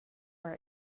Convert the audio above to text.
were